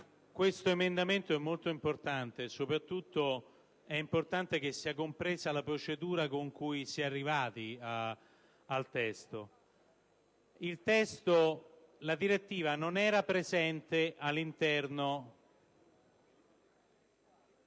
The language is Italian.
questo emendamento, che è molto importante. Soprattutto, è importante che sia compresa la procedura con la quale si è arrivati al testo. La direttiva non era presente originariamente